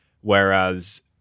Whereas